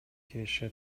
киреше